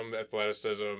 athleticism